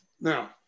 Now